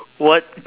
what